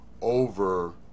over